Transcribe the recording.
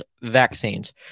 vaccines